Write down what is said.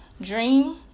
dream